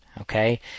okay